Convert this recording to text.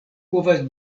povas